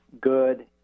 good